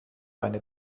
eine